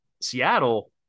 Seattle